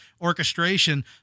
orchestration